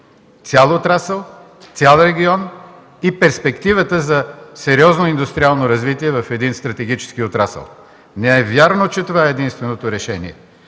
цял отрасъл, цял регион и перспективата за сериозно индустриално развитие в един стратегически отрасъл. Не е вярно, че това е единственото решение.